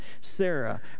Sarah